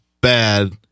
bad